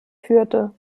führte